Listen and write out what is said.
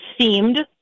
seemed